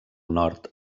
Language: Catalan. nord